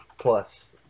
plus